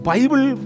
Bible